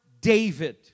David